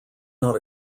not